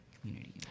community